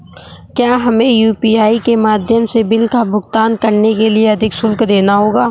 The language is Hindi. क्या हमें यू.पी.आई के माध्यम से बिल का भुगतान करने के लिए अधिक शुल्क देना होगा?